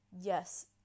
Yes